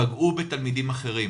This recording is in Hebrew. פגעו בתלמידים אחרים